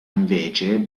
invece